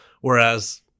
Whereas –